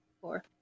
four